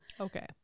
okay